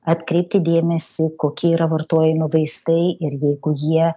atkreipti dėmesį kokie yra vartojami vaistai ir jeigu jie